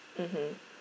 mmhmm